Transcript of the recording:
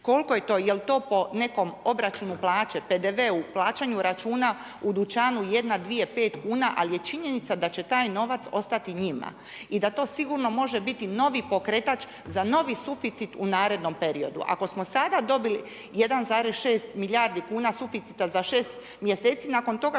Koliko je to? Jel to po nekom obračunu plaće, PDV-u, plaćanju računa u dućanu, jedna, dvije, pet kuna, ali je činjenica da će taj novac ostati njima i da to sigurno može biti novi pokretač za novi suficit u narednom periodu. Ako smo sada dobili 1,6 milijardi kuna suficita za 6 mjeseci nakon toga